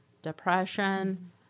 depression